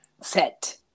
set